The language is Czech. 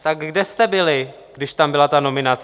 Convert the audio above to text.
Tak kde jste byli, když tam byla ta nominace?